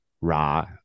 Ra